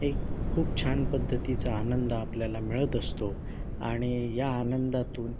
एक खूप छान पद्धतीचा आनंद आपल्याला मिळत असतो आणि या आनंदातून